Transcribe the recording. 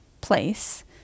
place